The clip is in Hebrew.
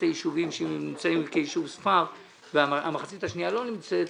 הישובים שנמצאים כישוב ספר והמחצית השנייה לא נמצאת.